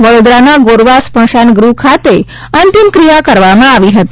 વડોદરાના ગોરવા સ્મશાન ગ્રહ ખાતે અંતિમ ક્રિયા કરવામાં આવી હતી